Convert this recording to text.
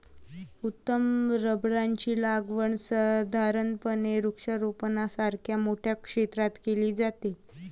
उत्तर रबराची लागवड साधारणपणे वृक्षारोपणासारख्या मोठ्या क्षेत्रात केली जाते